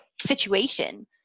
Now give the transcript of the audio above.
situation